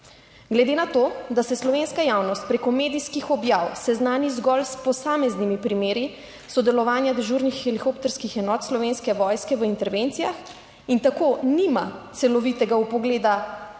Glede na to, da se slovenska javnost prek medijskih objav seznani zgolj s posameznimi primeri sodelovanja dežurnih helikopterskih enot Slovenske vojske v intervencijah in tako nima celovitega vpogleda,